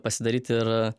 pasidaryti ir